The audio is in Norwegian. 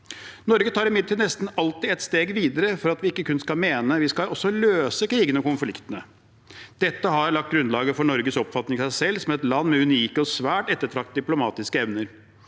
Norge tar imidlertid nesten alltid ett steg videre for at vi ikke kun skal mene – vi skal også løse krigene og konfliktene. Dette har lagt grunnlaget for Norges oppfatning av seg selv som et land med unike og svært ettertraktede diplomatiske evner.